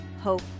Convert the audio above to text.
hope